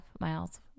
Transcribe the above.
miles